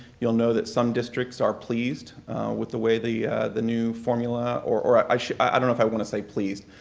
you'll know that some districts are pleased with the way the the new formula or or i i don't know if i want to say pleased.